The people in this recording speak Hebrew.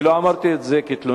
אני לא אמרתי את זה כתלונה.